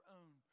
own